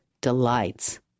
delights